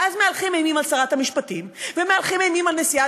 ואז מהלכים אימים על שרת המשפטים ומהלכים אימים על נשיאת